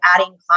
adding